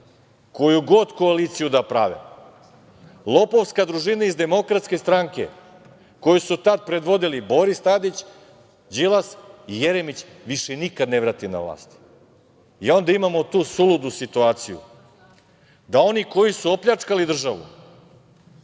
koju god koaliciju da prave, lopovska družina iz DS koju su tad predvodili Boris Tadić, Đilas i Jeremić više nikad ne vrati na vlast. Onda imamo tu suludu situaciju da oni koji su opljačkali državu,